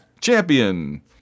champion